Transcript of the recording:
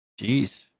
Jeez